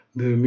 de